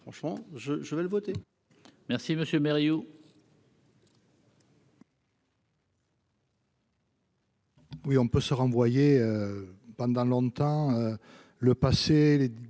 franchement je je vais le voter. Merci monsieur Mario. Oui, on peut se renvoyer pendant longtemps le passé,